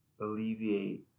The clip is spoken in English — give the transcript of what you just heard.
alleviate